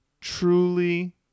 truly